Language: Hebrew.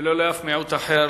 ולא לאף מיעוט אחר,